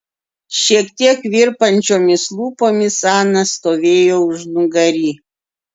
šiek tiek virpančiomis lūpomis ana stovėjo užnugary